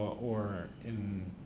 or in,